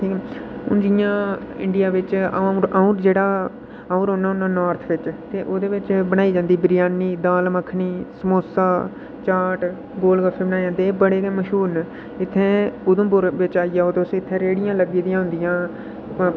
हुन जि'यां इंडिया बिच्च अ'ऊं जेह्ड़ा अ'ऊं रौह्न्नां होन्नां नार्थ बिच ते ओह्दे बिच बनाई जंदी बिरयानी दाल मक्खनी समोसा चॉट गोल गफ्फे बनाए जंदे न बड़े गै मश्हूर न ते इत्थै उधमपुर बिच्च आई जाओ रेह्ड़ियां लगी दियां होदियां न